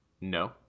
No